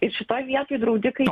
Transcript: ir šitoj vietoj draudikai neturėtų